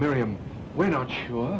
miriam we're not sure